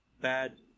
bad